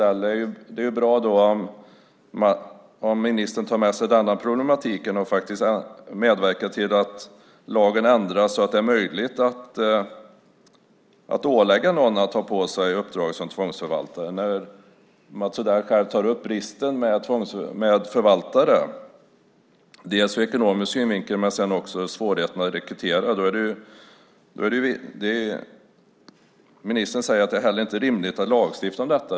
Det är ju bra om ministern tar med sig denna problematik och medverkar till att lagen ändras så att det blir möjligt att ålägga någon att ta på sig uppdraget som tvångsförvaltare. Mats Odell tar ju upp bristerna när det gäller förvaltare både ur ekonomisk synpunkt och när det gäller svårigheterna att rekrytera. Ministern säger att det inte är rimligt att lagstifta om detta.